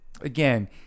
again